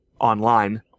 online